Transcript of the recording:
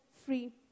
free